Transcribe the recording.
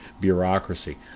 bureaucracy